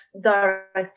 direct